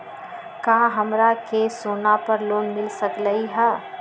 का हमरा के सोना पर लोन मिल सकलई ह?